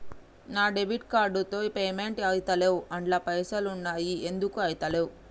నా debit card తో payment ఐతలేవ్ అండ్ల పైసల్ ఉన్నయి ఎందుకు ఐతలేవ్?